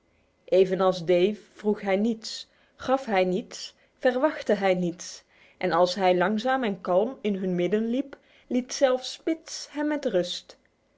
evenals dave vroeg hij niets gaf hij niets verwachtte hij niets en als hij langzaam en kalm in hun midden liep liet zelfs spitz hem met rust